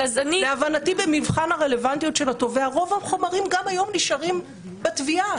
להבנתי במבחן הרלוונטיות של התובע רוב החומרים גם היום נשארים בתביעה.